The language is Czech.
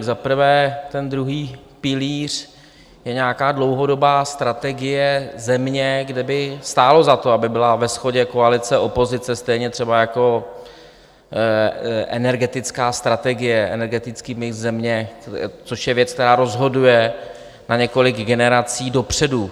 Za prvé ten druhý pilíř je nějaká dlouhodobá strategie země, kde by stálo za to, aby byla ve shodě koalice a opozice, stejně třeba jako energetická strategie, energetický mix země, což je věc, která rozhoduje na několik generací dopředu.